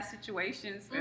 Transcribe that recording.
situations